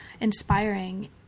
inspiring